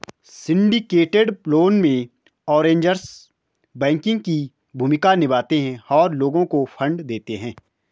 syndicated loan में, arrangers banking की भूमिका निभाते हैं और लोगों को फंड देते हैं